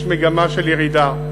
יש מגמה של ירידה.